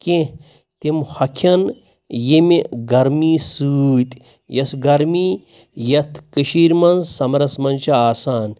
کینٛہہ تِم ہۄکھَن ییٚمہِ گرمی سۭتۍ یۄس گرمی یَتھ کٔشیٖرِ منٛز سَمرس منٛز چھِ آسان